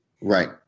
Right